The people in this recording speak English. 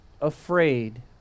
afraid